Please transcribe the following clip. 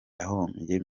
yahombye